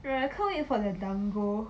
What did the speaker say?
where I can't wait for the dango